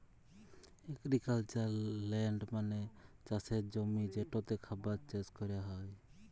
agricultural land হছে চাষের জমি যেটতে খাবার চাষ ক্যরা হ্যয়